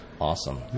Awesome